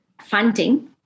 funding